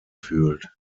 fühlt